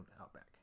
Outback